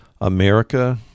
America